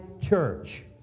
church